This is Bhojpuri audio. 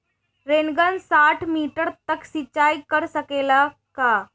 रेनगन साठ मिटर तक सिचाई कर सकेला का?